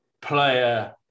player